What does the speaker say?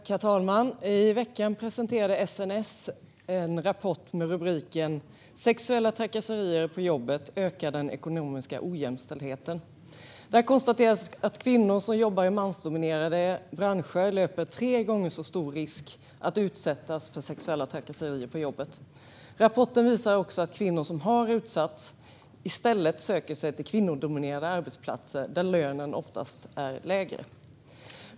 Herr talman! I veckan presenterade SNS en rapport med rubriken Sexuella trakasserier på jobbet ökar den ekonomiska ojämställdheten . Där konstateras att kvinnor som jobbar i mansdominerade branscher löper tre gånger så stor risk att utsättas för sexuella trakasserier på jobbet. Rapporten visar också att kvinnor som har utsatts i stället söker sig till kvinnodominerade arbetsplatser där lönen oftast är lägre.